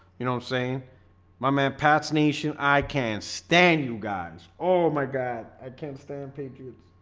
you know saying my man pat's nation. i can't stand you guys oh my god, i can't stand paige.